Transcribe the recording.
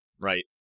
Right